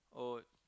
oh